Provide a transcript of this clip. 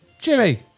Jimmy